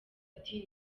ati